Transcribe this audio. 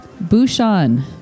Bouchon